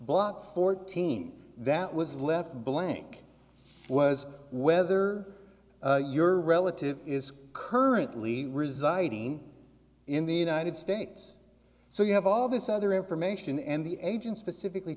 team that was left blank was whether your relative is currently residing in the united states so you have all this other information and the agent specifically